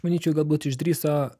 manyčiau galbūt išdrįso